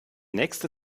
nächste